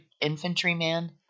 infantryman